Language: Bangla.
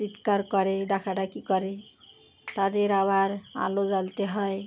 চিৎকার করে ডাকাডাকি করে তাদের আবার আলো জ্বালতে হয়